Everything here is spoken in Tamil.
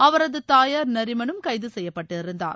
அவரது தாயார் நரிமனும் கைது செய்யப்பட்டிருந்தார்